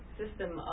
system